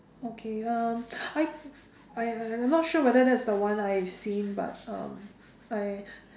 okay um I I I not sure whether that's the one I have seen but um I